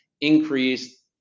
increased